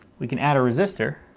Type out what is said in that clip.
we can add a resistor.